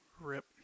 Rip